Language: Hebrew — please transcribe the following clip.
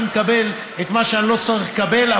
אני מקבל את מה שאני לא צריך לקבל,